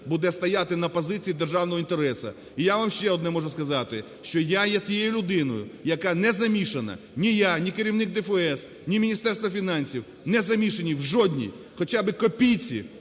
буде стояти на позиції державного інтересу. І я вам ще одне можу сказати, що я є тією людиною, яка не замішана, ні я, ні керівник ДФС, ні Міністерство фінансів не замішані в жодній хоча би копійці